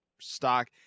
stock